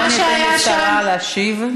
בואו ניתן לשרה להשיב.